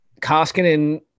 Koskinen